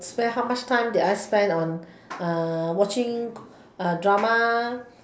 where how much time did I spend on watching drama